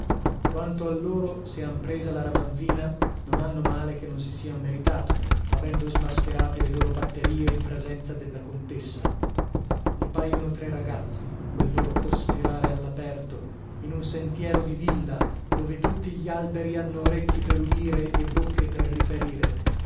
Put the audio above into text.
quanto a loro se han presa la ramanzina non hanno male che non si sian meritato avendo smascherate le loro batterie in presenza della contessa mi paiono tre ragazzi con quel loro cospirare all'aperto in un sentiero di villa dove tutti gli alberi hanno orecchi per udire e bocche per riferire